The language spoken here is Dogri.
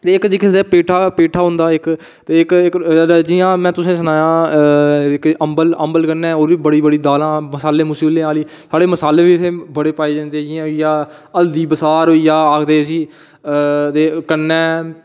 ते इक्क पेट्ठा होंदा इक्क ते ओह्दे ई जियां में तुसेंगी सनाया अम्बल अम्बल कन्नै ओह् दालां होर बी मसाले ते बड़े मसाले पाये जंदे जियां होई गेआ हल्दी बसार होइया आक्खदे जी ते कन्नै